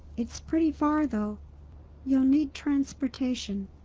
it's pretty far, though you'll need transportation.